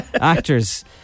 actors